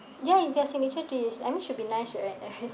ya in their signature dish I mean should be nice right